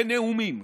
בנאומים,